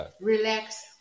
relax